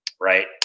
right